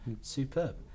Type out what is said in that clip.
Superb